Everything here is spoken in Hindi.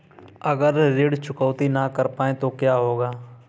अगर ऋण चुकौती न कर पाए तो क्या होगा?